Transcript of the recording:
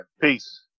Peace